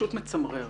פשוט מצמרר